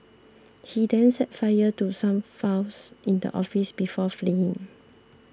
he then set fire to some files in the office before fleeing